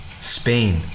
Spain